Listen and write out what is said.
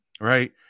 right